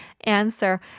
answer